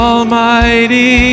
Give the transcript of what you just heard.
Almighty